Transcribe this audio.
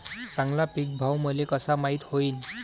चांगला पीक भाव मले कसा माइत होईन?